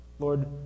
Lord